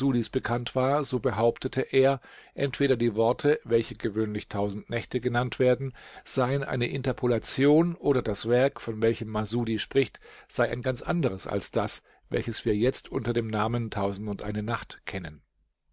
bekannt war so behauptete er entweder die worte welche gewöhnlich nächte genannt werden seien eine interpolation oder das werk von welchem masudi spricht sei ein ganz anderes als das welches wir jetzt unter dem namen nacht kennen